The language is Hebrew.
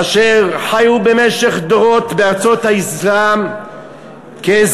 אשר חיו במשך דורות בארצות האסלאם כאזרחים,